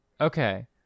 Okay